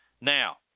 Now